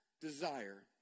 desire